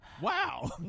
Wow